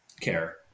care